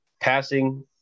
passing